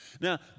Now